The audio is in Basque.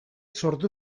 sortu